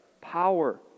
power